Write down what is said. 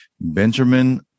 Benjamin